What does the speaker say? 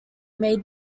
made